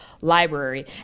library